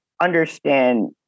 understand